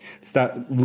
stop